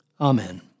Amen